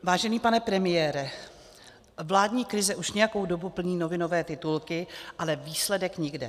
Vážený pane premiére, vládní krize už nějakou dobu plní novinové titulky, ale výsledek nikde.